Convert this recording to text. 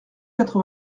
quatre